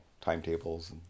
timetables